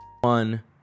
one